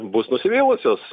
bus nusivylusios